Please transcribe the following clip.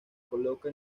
coloca